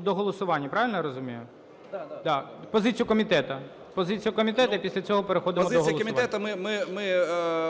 до голосування. Правильно я розумію? Да. Позиція комітету. Позиція комітету і після цього переходимо до голосування.